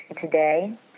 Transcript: today